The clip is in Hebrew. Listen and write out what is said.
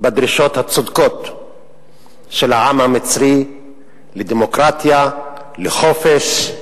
בדרישות הצודקות של העם המצרי לדמוקרטיה, לחופש,